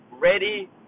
ready